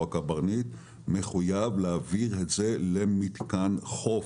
הקברניט מחויב להעביר את זה למתקן חוף.